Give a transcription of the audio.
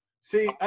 See